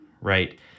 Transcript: right